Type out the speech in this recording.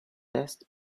test